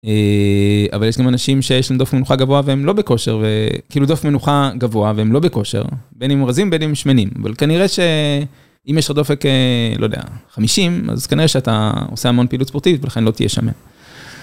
אבל יש גם אנשים שיש להם דופק מנוחה גבוה והם לא בכושר, כאילו דופק מנוחה גבוה והם לא בכושר, בין אם הם רזים ובין אם שמנים, אבל כנראה שאם יש לך דופק, לא יודע, 50, אז כנראה שאתה עושה המון פעילות ספורטיבית ולכן לא תהיה שמן.